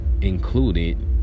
included